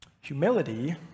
Humility